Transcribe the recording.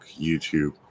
YouTube